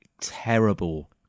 terrible